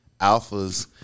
alphas